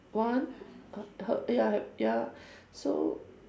one her her ya ya so